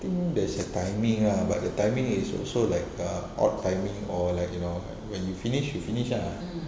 think there's a timing lah but the timing is also like err odd timing or like you know when you finish you finish ah